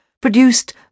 produced